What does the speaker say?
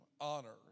honor